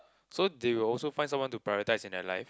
so they will also find someone to prioritize in their life